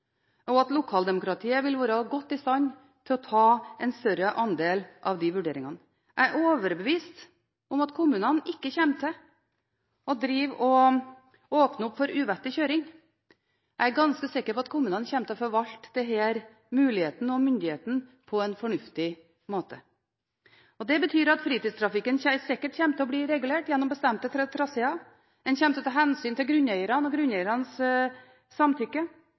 og at lokaldemokratiet vil være godt i stand til å ta en større andel av de vurderingene. Jeg er overbevist om at kommunene ikke kommer til å åpne opp for uvettig kjøring. Jeg er ganske sikker på at kommunene kommer til å forvalte denne muligheten og myndigheten på en fornuftig måte. Det betyr at fritidstrafikken sikkert kommer til å bli regulert gjennom bestemte traseer, en kommer til å ta hensyn til grunneierne og grunneiernes samtykke,